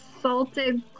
salted